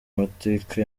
mateka